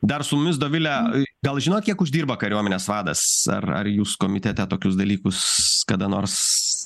dar su mumis dovile gal žinot kiek uždirba kariuomenės vadas ar ar jūs komitete tokius dalykus kada nors